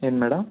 ఏమి మేడం